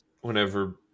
whenever